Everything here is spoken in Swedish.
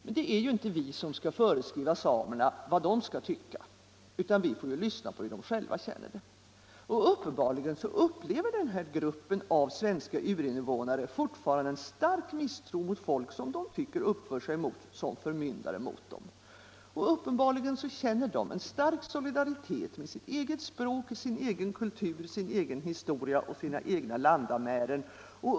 Men det är ju inte vi som skall föreskriva samerna hur de skall tycka, utan vi får lyssna på hur de själva känner det. Uppenbarligen upplever denna grupp av svenska urinvånare fortfarande en stark misstro mot folk som de tycker uppför sig som förmyndare mot dem. Och uppenbarligen känner de en stark solidaritet med sitt eget språk, sin egen kultur, sin egen historia och sina egna landamären.